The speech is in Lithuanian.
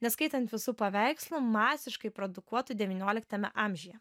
neskaitant visų paveikslų masiškai produkuotų devynioliktame amžiuje